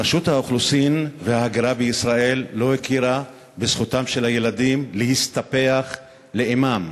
רשות האוכלוסין וההגירה בישראל לא הכירה בזכותם של הילדים להסתפח לאמם,